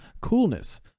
Coolness